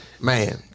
Man